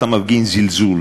אתה מפגין זלזול,